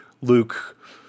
Luke